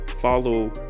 follow